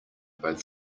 both